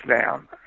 down